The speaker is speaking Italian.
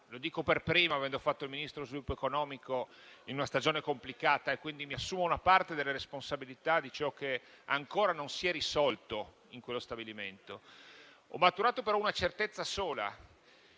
Lo dico per primo, avendo fatto il Ministro dello sviluppo economico in una stagione complicata, e mi assumo una parte delle responsabilità di ciò che ancora non si è risolto in quello stabilimento. Ho maturato però una certezza sola,